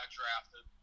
drafted